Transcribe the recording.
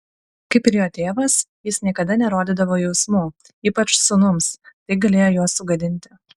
kaip ir jo tėvas jis niekada nerodydavo jausmų ypač sūnums tai galėjo juos sugadinti